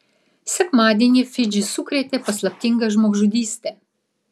sekmadienį fidžį sukrėtė paslaptinga žmogžudystė